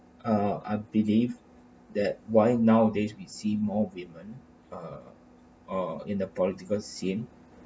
ah I believe that why nowadays we see more women uh uh in the political scene